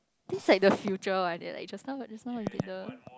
this like the future like that like just what just now on Tinder